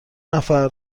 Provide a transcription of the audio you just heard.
نفر